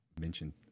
mentioned